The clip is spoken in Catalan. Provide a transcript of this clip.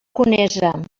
conesa